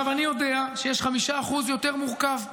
עכשיו, אני יודע שיש 5% יותר מורכבים.